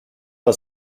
war